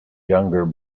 younger